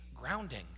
grounding